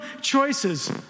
choices